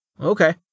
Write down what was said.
Okay